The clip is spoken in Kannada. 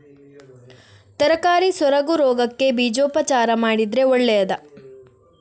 ತರಕಾರಿ ಸೊರಗು ರೋಗಕ್ಕೆ ಬೀಜೋಪಚಾರ ಮಾಡಿದ್ರೆ ಒಳ್ಳೆದಾ?